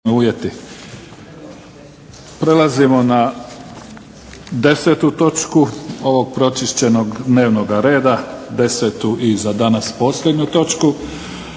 Prelazimo na 10. točku ovog pročišćenog dnevnog reda, 10. i za danas posljednju točku.